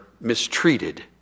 mistreated